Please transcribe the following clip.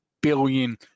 billion